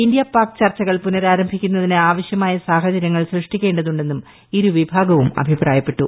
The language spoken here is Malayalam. ഇന്ത്യാ പാക് ചർച്ചകൾ പുനരാരംഭിക്കുന്നതിന് ആവശ്യമായ സാഹചര്യങ്ങൾ സൃഷ്ടിക്കേണ്ടതുണ്ടെന്നും ഇരുവിഭാഗവും അഭിപ്രായപ്പെട്ടു